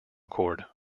cord